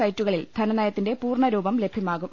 സൈറ്റുകളിൽ ധനനയത്തിന്റെ പൂർണ രൂപം ലഭ്യമാകും